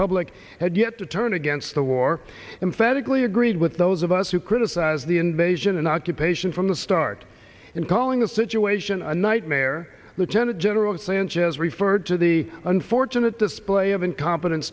public had yet to turn against the war emphatically agreed with those of us who criticized the invasion and occupation from the start and calling the situation a nightmare lieutenant general sanchez referred to the unfortunate display of incompetent